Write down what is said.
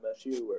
MSU